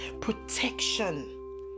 protection